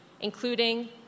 including